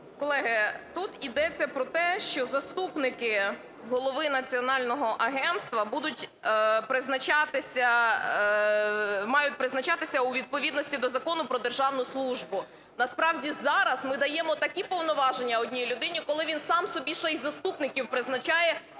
Колеги, тут йдеться про те, що заступники голови національного агентства будуть призначатися, мають призначатися у відповідності до Закону "Про державну службу". Насправді зараз ми даємо такі повноваження одній людині, коли він сам собі ще й заступників призначає